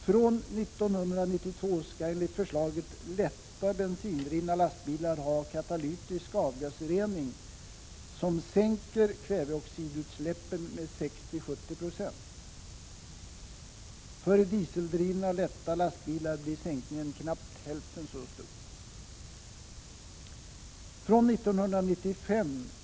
Från 1992 skall enligt förslaget lätta bensindrivna lastbilar ha katalytisk avgasrening som sänker kväveoxidutsläp pen med 60-70 96.